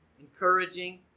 encouraging